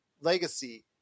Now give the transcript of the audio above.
legacy